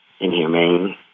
inhumane